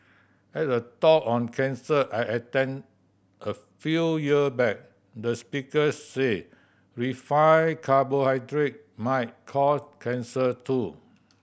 at a talk on cancer I attend a few year back the speaker said refined carbohydrate might cause cancer too